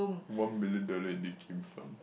one million dollar and then it came from